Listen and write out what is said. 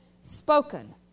spoken